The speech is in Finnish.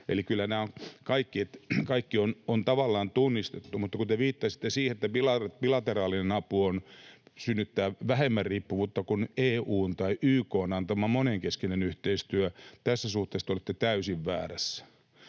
Eli kyllä nämä kaikki on tavallaan tunnistettu. Mutta kun te viittasitte siihen, että bilateraalinen apu synnyttää vähemmän riippuvuutta kuin EU:n tai YK:n antama monenkeskinen yhteistyö, tässä suhteessa olette täysin väärässä.